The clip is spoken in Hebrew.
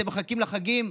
אתם מחכים לחגים?